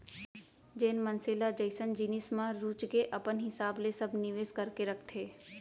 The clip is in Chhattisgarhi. जेन मनसे ल जइसन जिनिस म रुचगे अपन हिसाब ले सब निवेस करके रखथे